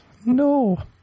No